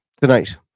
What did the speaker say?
tonight